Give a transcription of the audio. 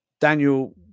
Daniel